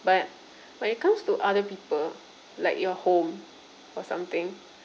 but when it comes to other people like your home or something